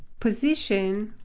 position,